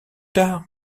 tard